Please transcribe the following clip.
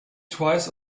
twice